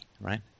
right